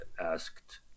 asked